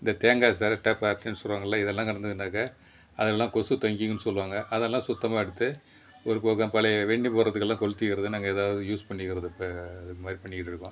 இந்த தேங்காய் சிரட்ட பெரட்டன்னு சொல்லுவாங்கல்ல இதல்லாம் கிடந்துதுன்னாக்கா அதெல்லாம் கொசு தங்கிக்குன்னு சொல்லுவாங்க அதல்லாம் சுத்தமாக எடுத்து ஒரு பக்கம் பழைய வெந்நீர் போடுறதுக்குலா கொளுத்திக்கிறது நாங்கள் எதாவது யூஸ் பண்ணிக்கிறது இப்போ இது மாதிரி பண்ணிக்கிட்டிருக்கோம்